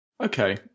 Okay